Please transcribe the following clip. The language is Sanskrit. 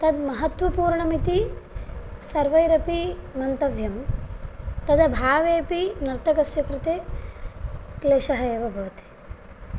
तद् महत्वपूर्णमिति सर्वैरपि मन्तव्यं तदभावेऽपि नर्तकस्य कृते क्लेशः एव भवति